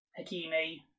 Hakimi